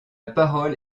parole